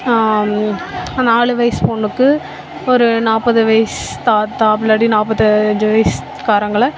நாலு வயது பொண்ணுக்கு ஒரு நாற்பது வயது தாத்தா அப்படி இல்லாட்டி நாற்பத்த அஞ்சு வயதுகாரங்கள